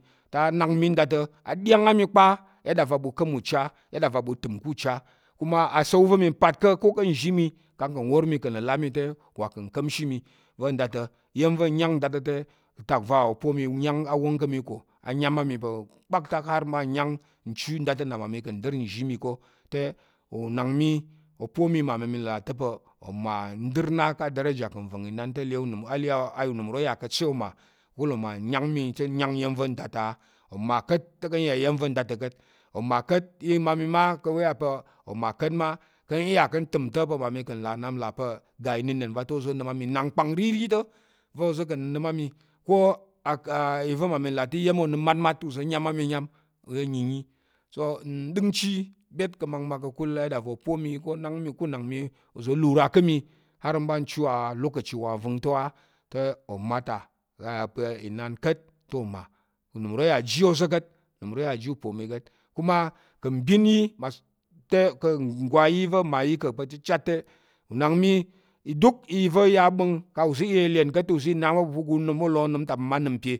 Te á nak mi nda ta̱ a ɗyang á mi kpa ayada ɓu ka̱m ucha, yada va ɓu təm ka̱ ucha kuma asa̱l- wu va̱ mi pat ko ká̱ nzhi mi kang ka̱ nwor mi ka̱ nləlà mi te, uwa ka̱ nka̱mshi va̱ nda ta̱, iya̱m ǹyang nda ta̱ atak opo mi a wong ká̱ mi ko ayam á mi kpaktak har ɓa nyang nchu har nda ta̱ nna mma mi nɗər nzhi i ko te unang mi opo mi na mi là ta̱ pa̱, oma n ɗər na ká̱ dareje ka̱ ava̱ng inan a le anəm, unəm uro ya kat sai oma, ka̱kul oma yang mi ta̱ n yang iya̱m va̱ ka̱ nda ta̱ á oma ka̱t te ka̱ n yà iya̱m va̱ ka̱ nda ta̱ ka̱t, oma ka̱t ma, mmami ka̱ iya ka̱ ntəm nda pa̱ mmami ka̱ nlà nnap pa̱ ga innəna̱n va ta oza̱ mi nna kpang nriri ta̱ va̱ oza̱ ka̱ nnənəm á ko aga i va̱ mmami ka̱ là aga jiwo onəm matmat te uza̱ nyam á mi nyam, so nɗəngchi byet pa̱ makmak a yada va̱ opo mi ka̱ unang mi oza̱ uza̱ lura lura ka̱ mi har m ɓa chu alokachi wa ava̱ng ta̱ á te oma ta, a yà pa̱ inan ka̱t te oma unəm uro yà ji oza̱ ka̱t unəm uro yà ji upo mi ka̱t. Kuma ka̱ mbin yi ngwan yi va̱ mmayi ko pa̱ chichat te, unang mi duk i va o nəm kang oza̱ iya ilyen ka̱t te oza̱ i là á ɓu pa̱ u ga u là onəm ta pe